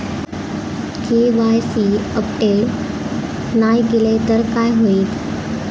KYC update नाय केलय तर काय होईत?